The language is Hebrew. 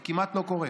זה כמעט לא קורה.